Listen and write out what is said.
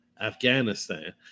Afghanistan